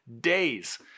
days